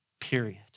Period